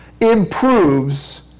improves